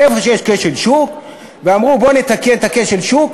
איפה שיש כשל שוק אמרו: בואו נתקן את כשל השוק.